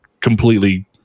completely